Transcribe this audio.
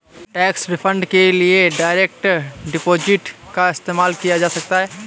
tax refund के लिए direct deposit का इस्तेमाल किया जा सकता हैं